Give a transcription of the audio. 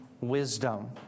wisdom